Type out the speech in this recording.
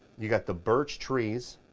you got the birch trees